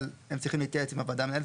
אבל הם צריכים להתייעץ עם הוועדה המנהלת,